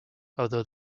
although